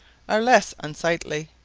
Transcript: are less unsightly.